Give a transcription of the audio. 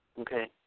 Okay